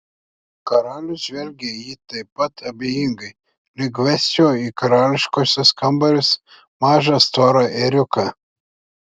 karalius žvelgia į jį taip pat abejingai lyg vesčiau į karališkuosius kambarius mažą storą ėriuką